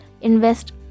invest